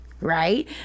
right